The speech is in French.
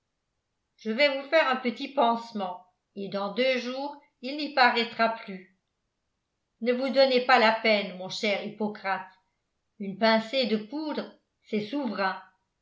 je vais vous faire un petit pansement et dans deux jours il n'y paraîtra plus ne vous donnez pas la peine mon cher hippocrate une pincée de poudre c'est souverain